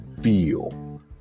feel